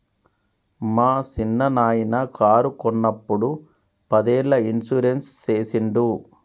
మా సిన్ననాయిన కారు కొన్నప్పుడు పదేళ్ళ ఇన్సూరెన్స్ సేసిండు